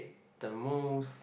the most